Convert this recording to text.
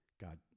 God